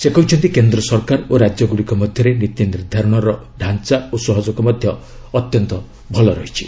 ସେ କହିଛନ୍ତି କେନ୍ଦ୍ର ସରକାର ଓ ରାଜ୍ୟଗୁଡ଼ିକ ମଧ୍ୟରେ ନୀତି ନିର୍ଦ୍ଧାରଣର ଢ଼ାଞ୍ଚା ଓ ସହଯୋଗ ମଧ୍ୟ ଅତ୍ୟନ୍ତ ଭଲ ରହିଛି